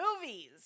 movies